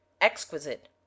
exquisite